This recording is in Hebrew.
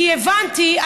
כי הבנתי,